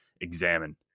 examine